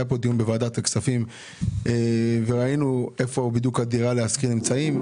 היה פה דיון בוועדת הכספים וראינו איפה בדיוק הדירה להשכיר נמצאים.